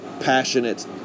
passionate